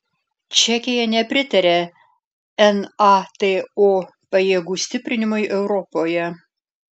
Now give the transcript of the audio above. čekija nepritaria nato pajėgų stiprinimui europoje